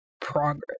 progress